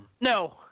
No